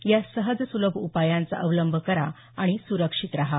या सहज सुलभ उपायांचा अवलंब करा आणि सुरक्षित रहा